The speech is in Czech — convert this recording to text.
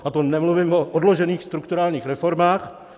A to nemluvím o odložených strukturálních reformách.